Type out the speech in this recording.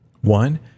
One